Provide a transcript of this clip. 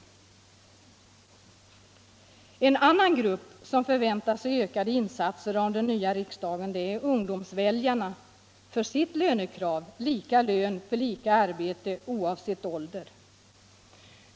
Ungdomsväljarna är en annan grupp som förväntar sig ökade insatser av den nya riksdagen för sitt lönekrav, nämligen lika lön för lika arbete oavsett ålder.